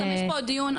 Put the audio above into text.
גם יש פה עוד דיון.